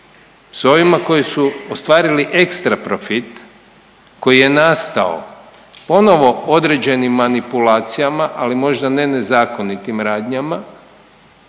S ovima koji su ostvarili ekstra profit koji je nastao ponovno određenim manipulacijama ali možda ne nezakonitim radnjama